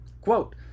quote